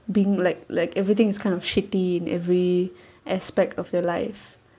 being like like everything is kind of shitty in every aspect of your life